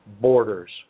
borders